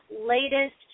latest